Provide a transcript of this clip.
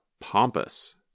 pompous